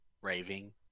raving